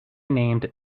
named